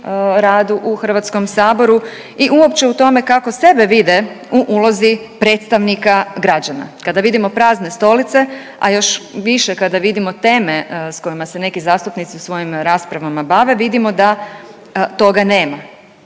radu u HS-u i uopće kako sebe vide u ulozi predstavnika građana. Kada vidimo prazne stolice, a još više kada vidimo teme s kojima se neki zastupnici u svojim raspravama bave vidimo da toga nema.